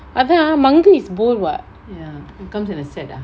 அதா:atha mangu is bowl what